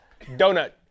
donut